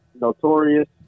notorious